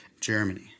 Germany